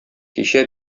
кичә